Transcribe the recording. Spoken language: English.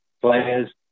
players